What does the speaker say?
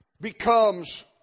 becomes